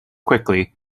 quickly